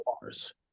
bars